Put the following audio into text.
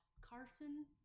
Carson –